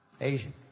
Asian